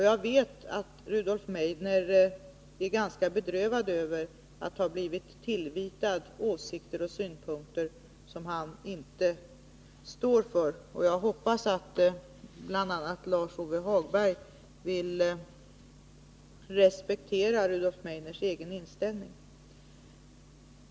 Jag vet att Rudolf Meidner är ganska bedrövad över att han har blivit tillvitad åsikter och synpunkter som han inte står för. Jag hoppas att bl.a. Lars-Ove Hagberg vill respektera Rudolf Meidners egen inställning.